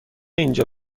اینجا